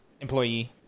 employee